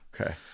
Okay